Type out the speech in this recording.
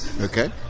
okay